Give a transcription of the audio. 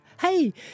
Hey